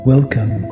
Welcome